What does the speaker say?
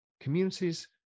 communities